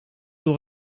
door